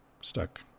stuck